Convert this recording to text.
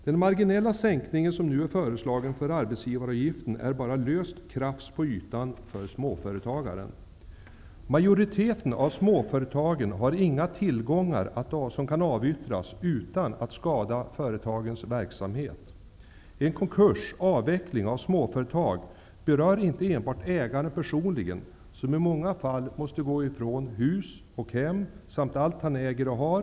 Den marginella sänkningen som nu är föreslagen för arbetsgivaravgiften är bara löst krafs på ytan för småföretagaren. Majoriteten av småföretagen har inga tillgångar som kan avyttras utan att skada företagens verksamhet. En konkurs, avveckling av småföretag, berör inte enbart ägaren personligen. I många fall måste han gå ifrån hus och hem samt allt han äger och har.